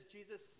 Jesus